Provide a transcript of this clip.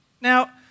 Now